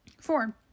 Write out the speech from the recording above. four